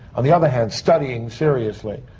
on the other hand, studying seriously.